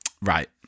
right